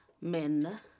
men